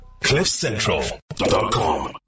Cliffcentral.com